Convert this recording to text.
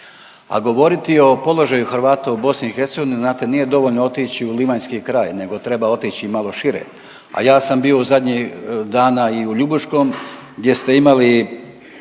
A govoriti o položaju Hrvata u BiH znate nije dovoljno otići u livanjski kraj nego treba otić i malo šire, a ja sam bio zadnjih dana i u Ljubuškom gdje ste imali